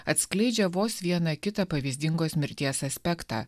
atskleidžia vos vieną kitą pavyzdingos mirties aspektą